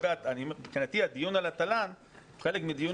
מבחינתי הדיון על התל"ן הוא חלק מדיון